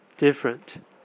Different